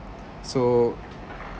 so